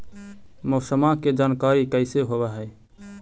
मौसमा के जानकारी कैसे होब है?